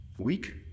Week